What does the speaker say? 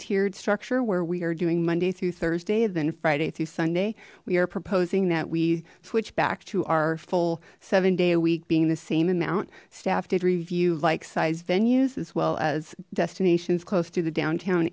tiered structure where we are doing monday through thursday then friday through sunday we are proposing that we switch back to our full seven day a week being the same amount staff did review like size venues as well as destinations close to the downtown